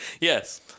Yes